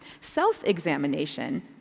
Self-examination